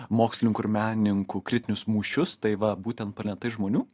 mokslininkų ir menininkų kritinius mūšius tai va būtent planetai žmonių